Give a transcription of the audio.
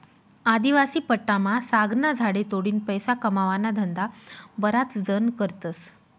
आदिवासी पट्टामा सागना झाडे तोडीन पैसा कमावाना धंदा बराच जण करतस